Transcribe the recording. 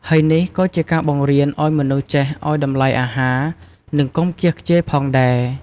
ហើយនេះក៏ជាការបង្រៀនឲ្យមនុស្សចេះ ឲ្យតម្លៃអាហារ និងកុំខ្ជះខ្ជាយផងដែរ។